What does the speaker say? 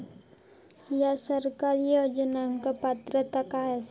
हया सरकारी योजनाक पात्रता काय आसा?